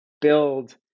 build